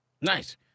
Nice